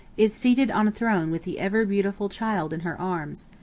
is seated on a throne with the ever beautiful child in her arms.